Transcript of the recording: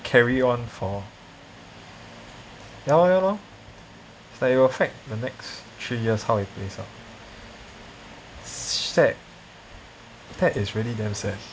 carry on for ya lor ya lor is like it will affect the next three years how it place out sad that is really damn sad